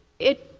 it